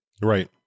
Right